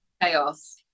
chaos